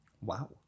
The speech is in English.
Wow